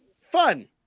fun